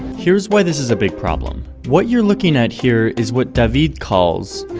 here's why this is a big problem. what you're looking at here is what david calls